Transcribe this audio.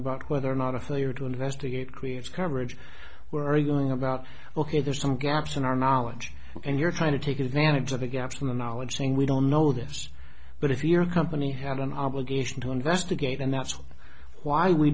about whether or not a failure to investigate creates coverage where are you going about ok there's some gaps in our knowledge and you're kind of taking advantage of the gaps in the knowledge saying we don't know this but if your company had an obligation to investigate and that's why we